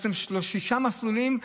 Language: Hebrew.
בעצם שישה מסלולים,